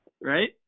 right